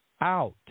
out